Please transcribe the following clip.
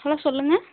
hello சொல்லுங்க